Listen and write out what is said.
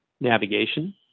navigation